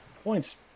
points